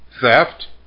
Theft